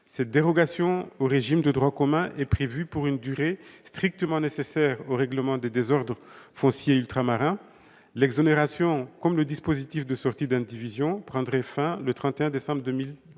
Cette dérogation au régime de droit commun est prévue pour une durée strictement nécessaire au règlement des désordres fonciers ultramarins. L'exonération, comme le dispositif de sortie d'indivision, prendrait fin le 31 décembre 2028.